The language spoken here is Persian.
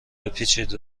بپیچید